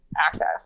access